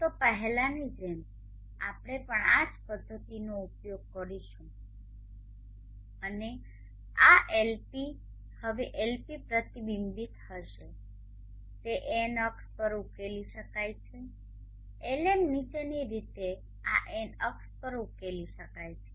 તો પહેલાની જેમ આપણે પણ આ જ પદ્ધતિનો ઉપયોગ કરીશું અને આ LP હવે LP પ્રતિબિંબિત થશે તે એન અક્ષ પર ઉકેલી શકાય છે LM નીચેની રીતે આ એન અક્ષ પર ઉકેલી શકાય છે